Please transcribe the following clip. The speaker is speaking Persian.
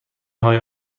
های